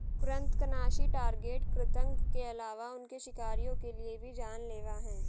कृन्तकनाशी टारगेट कृतंक के अलावा उनके शिकारियों के लिए भी जान लेवा हैं